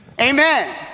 amen